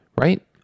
right